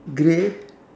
grey